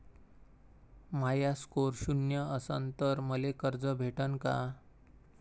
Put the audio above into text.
माया score शून्य असन तर मले कर्ज भेटन का?